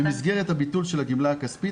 במסגרת הביטול של הגימלה הכספית,